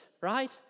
right